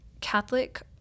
Catholic